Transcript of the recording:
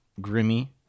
grimy